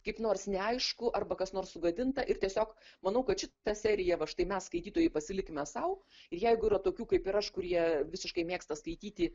kaip nors neaišku arba kas nors sugadinta ir tiesiog manau kad šita serija va štai mes skaitytojai pasilikime sau ir jeigu yra tokių kaip ir aš kurie visiškai mėgsta skaityti